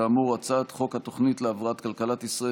כאמור: הצעת חוק התוכנית להבראת כלכלת ישראל